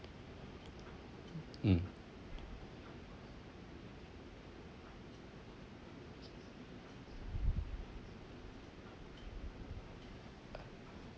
hmm